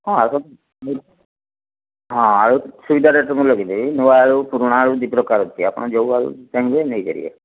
ହଁ ଆସନ୍ତୁ ଆଳୁ ସୁବିଧା ରେଟ୍ରେ ମୁଁ ଲଗେଇଦେବି ନୂଆ ଆଳୁ ପୁରୁଣା ଆଳୁ ଦୁଇପ୍ରକାର ଅଛି ଆପଣ ଯେଉଁ ଆଳୁ ଚାହିଁବେ ନେଇପାରିବେ